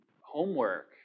homework